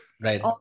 right